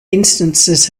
instances